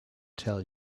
tell